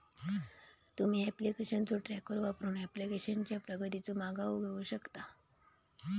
तुम्ही ऍप्लिकेशनचो ट्रॅकर वापरून ऍप्लिकेशनचा प्रगतीचो मागोवा घेऊ शकता